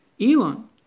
Elon